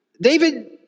David